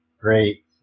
great